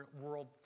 world